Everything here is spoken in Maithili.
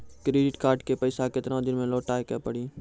क्रेडिट कार्ड के पैसा केतना दिन मे लौटाए के पड़ी?